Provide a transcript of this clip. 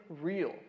real